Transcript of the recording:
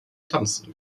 tanzen